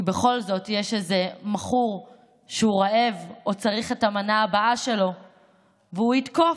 כי בכל זאת יש איזה מכור שהוא רעב או צריך את המנה הבאה שלו והוא יתקוף,